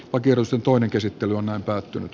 kun kierros on toinen käsittely on päättynyt